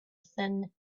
thin